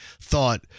thought